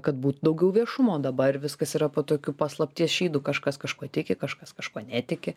kad būtų daugiau viešumo dabar viskas yra po tokiu paslapties šydu kažkas kažkuo tiki kažkas kažkuo netiki